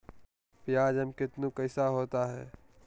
प्याज एम कितनु कैसा होता है?